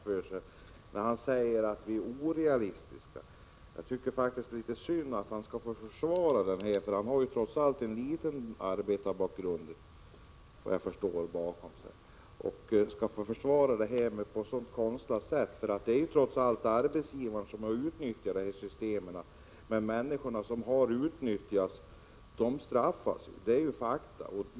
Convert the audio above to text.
Herr talman! Jag tycker Johnny Ahlqvist gör det litet väl lätt för sig när han säger att vi är orealistiska. Jag tycker faktiskt det är litet synd att han, som såvitt jag förstår har en arbetarbakgrund, skall behöva försvara detta på ett så konstlat sätt. Det är trots allt arbetsgivarna som har utnyttjat systemen, men människorna som har utnyttjats straffas — det är fakta.